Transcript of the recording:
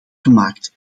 gemaakt